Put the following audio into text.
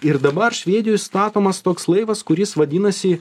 ir dabar švedijoj statomas toks laivas kuris vadinasi